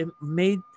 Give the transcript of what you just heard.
made